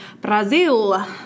Brazil